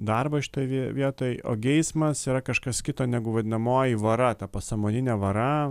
darbo šotoj v vietoj o geismas yra kažkas kito negu vadinamoji vara ta pasamoninė vara